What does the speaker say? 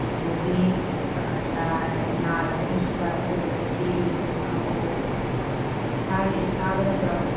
ꯄꯨꯄꯨꯒꯤ ꯅꯥꯔꯒ ꯍꯣꯁꯄꯤꯇꯥꯜ ꯆꯠꯂꯨꯕꯒꯤ ꯆꯦꯗꯨꯁꯨ ꯍꯥꯞꯄꯛꯎ ꯇꯥꯕ ꯅꯠꯇ꯭ꯔꯣ